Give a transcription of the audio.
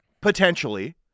potentially